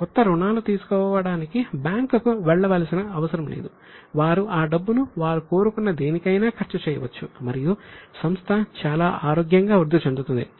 కొత్త రుణాలు తీసుకోవడానికి బ్యాంకుకు వెళ్ళవలసిన అవసరం లేదు వారు ఆ డబ్బును వారు కోరుకున్న దేనికైనా ఖర్చు చేయవచ్చు మరియు సంస్థ చాలా ఆరోగ్యంగా వృద్ధి చెందుతుంది